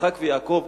יצחק ויעקב,